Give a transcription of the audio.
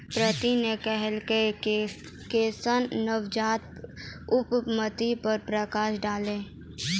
प्रीति न कहलकै केशव नवजात उद्यमिता पर प्रकाश डालौ